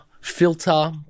filter